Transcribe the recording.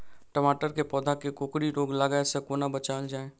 टमाटर केँ पौधा केँ कोकरी रोग लागै सऽ कोना बचाएल जाएँ?